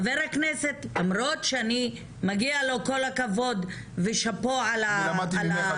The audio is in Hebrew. חה"כ למרות שמגיע לו כל הכבוד ו"שאפו" על ה- -- אני למדתי ממך,